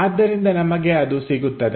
ಆದ್ದರಿಂದ ನಮಗೆ ಅದು ಸಿಗುತ್ತದೆ